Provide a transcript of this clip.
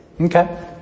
Okay